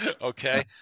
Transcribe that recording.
Okay